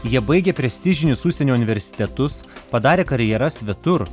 jie baigė prestižinius užsienio universitetus padarė karjeras svetur